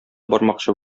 бармакчы